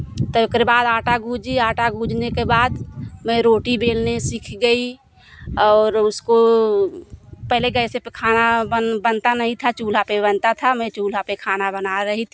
तो ओकरे बाद आटा गूजी आटा गूजने के बाद मैं रोटी बेलने सीख गई और उसको पहले गैस पे खाना बन बनता नहीं था चूल्हा पे बनता था मै चूल्हा मैं चूल्हा पे खाना बना रही थी